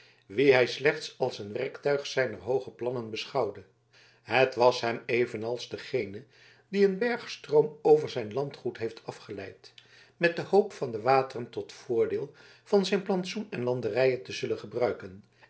wien hij slechts als een werktuig zijner hooge plannen beschouwde het was hem evenals degene die een bergstroom over zijn landgoed heeft afgeleid met de hoop van de wateren tot voordeel van zijn plantsoen en landerijen te zullen gebruiken